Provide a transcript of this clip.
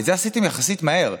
את זה עשיתם יחסית מהר,